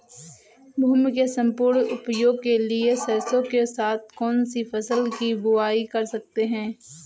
भूमि के सम्पूर्ण उपयोग के लिए सरसो के साथ कौन सी फसल की बुआई कर सकते हैं?